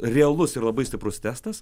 realus ir labai stiprus testas